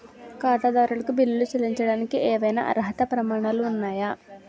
ఖాతాదారులకు బిల్లులు చెల్లించడానికి ఏవైనా అర్హత ప్రమాణాలు ఉన్నాయా?